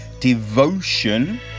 Devotion